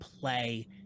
play